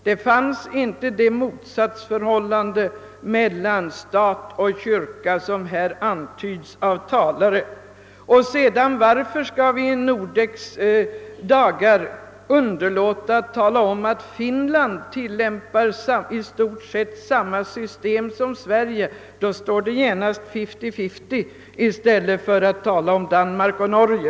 Det fanns inte ett sådant motsatsförhållande mellan stat och kyrka, som här har antytts. Vidare undrar jag, varför vi i Nordeks dagar skall underlåta att tala om att Finland tillämpar i stort sett samma system som Sverige. Därmed står det fiftyfifty — man bör inte enbart tala om Danmark och Norge.